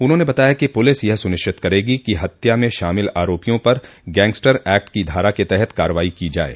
उन्होंने बताया कि पुलिस यह सुनिश्चित करेगी कि हत्या में शामिल आरोपियों पर गैंगस्टर एक्ट की धारा के तहत कार्रवाई की जाये